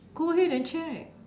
go ahead and check